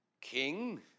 king